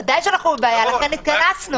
ודאי שאנחנו בבעיה, לכן התכנסנו.